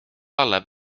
talle